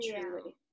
truly